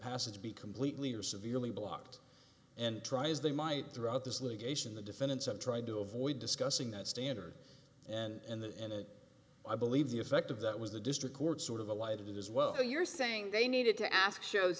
passage be completely or severely blocked and try as they might throughout this litigation the defendants have tried to avoid discussing that standard and that and i believe the effect of that was the district court sort of alighted as well so you're saying they needed to ask shows